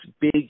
big